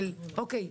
של אוקיי,